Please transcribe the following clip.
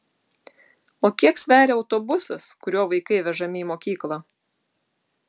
o kiek sveria autobusas kuriuo vaikai vežami į mokyklą